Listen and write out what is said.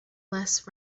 less